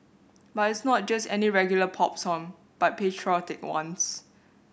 but it's not just any regular pop song but patriotic ones